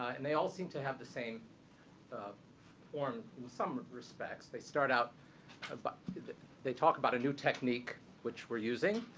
and they all seem to have the same form, in some respects. they start out but they talk about a new technique which we're using.